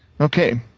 Okay